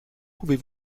pouvez